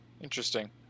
interesting